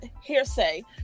hearsay